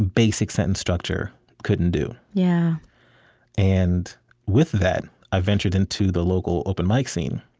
basic sentence structure couldn't do yeah and with that, i ventured into the local open mic scene,